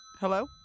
Hello